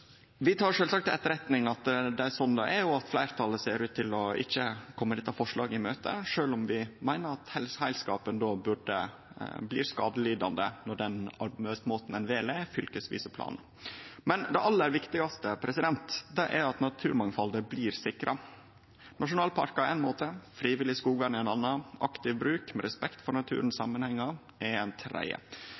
Vi tek sjølvsagt til etterretning at det er sånn det er, og at fleirtalet ser ut til ikkje å kome dette forslaget i møte, sjølv om vi meiner at heilskapen blir skadelidande når den arbeidsmåten ein vel, er fylkesvise planar. Men det aller viktigaste er at naturmangfaldet blir sikra. Nasjonalparkar er éin måte, frivillig skogvern er ein annan, aktiv bruk med respekt for natursamanhengar er ein tredje.